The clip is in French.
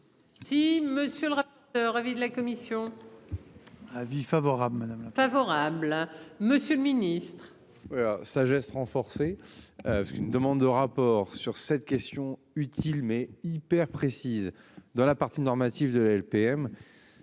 Si Monsieur le. Ravi de la commission. Avis favorable madame. Favorable, Monsieur le Ministre. Sagesse renforcer. Une demande de rapport sur cette question utile mais hyper précise dans la partie nord massif de la LPM.